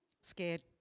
scared